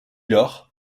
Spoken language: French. lors